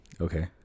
Okay